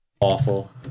awful